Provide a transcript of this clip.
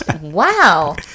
Wow